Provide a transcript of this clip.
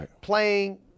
playing